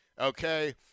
Okay